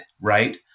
Right